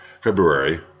February